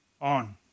on